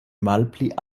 malpli